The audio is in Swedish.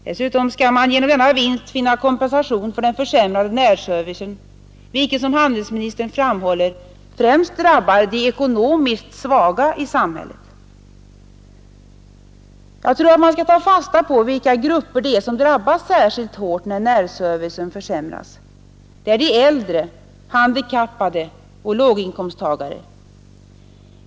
Dessutom skall man genom denna vinst få kompensation för försämringen av närservicen, en försämring vilken, som handelsministern framhåller, främst drabbar de ekonomiskt svaga i samhället. Jag anser att man skall ta fasta på vilka grupper som drabbas särskilt hårt när närservicen försämras. Det är de äldre, de handikappade och låginkomsttagare.